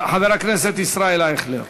חבר הכנסת ישראל אייכלר.